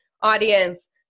audience